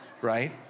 right